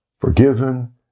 forgiven